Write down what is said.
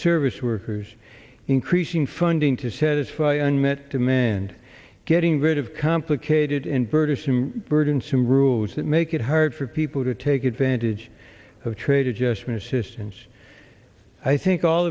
service workers increasing funding to satisfy unmet demand getting rid of complicated and burdensome burdensome rules that make it hard for people to take advantage of trade adjustment assistance i think all